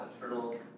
eternal